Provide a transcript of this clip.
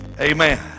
Amen